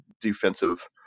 defensive